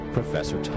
Professor